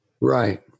Right